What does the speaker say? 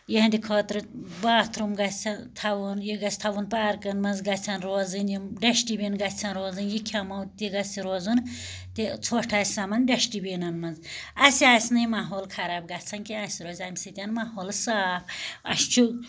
یِہٕنٛدٕ خٲطرٕ باتھروٗم گَژھِ تھاوُن یہِ گَژھِ تھاوُن پارکَن مَنٛز گَژھن روزٕنۍ یم ڈَشٹہٕ بن گَژھیٚن روزٕنۍ یہِ کھیٚمو تہِ گَژھِ روزُن تہٕ ژھوٚٹھ آسہِ سَمان ڈَشٹہٕ بنن مَنٛز اسہ آسہ نہ ماحول خراب گَژھان کینٛہہ اسہِ روزِ امہِ سۭتۍ ماحول صاف اسہ چھُ